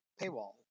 paywall